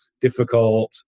difficult